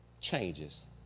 changes